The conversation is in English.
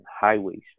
highways